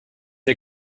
der